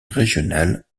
régionale